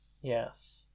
Yes